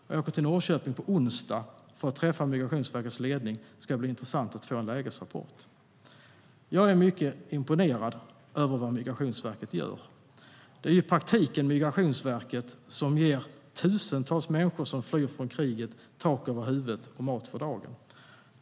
Jag åker till Norrköping på onsdag för att träffa Migrationsverkets ledning, och det ska bli intressant att få en lägesrapport. Jag är mycket imponerad av vad Migrationsverket gör. Det är ju i praktiken Migrationsverket som ger tusentals människor som flyr från kriget tak över huvudet och mat för dagen.